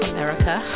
America